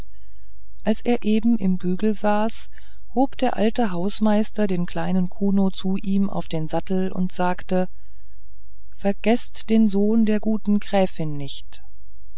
als er eben im bügel saß hob der alte hausmeister den kleinen kuno zu ihm auf den sattel und sagte vergeßt den sohn der guten gräfin nicht